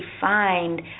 find